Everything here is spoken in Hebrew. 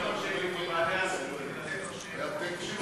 לבעלי עסקים,